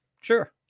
Sure